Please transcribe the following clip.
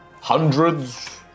Hundreds